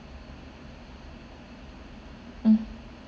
mm